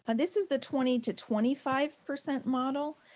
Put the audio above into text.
but this is the twenty to twenty five percent model.